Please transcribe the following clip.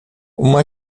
uma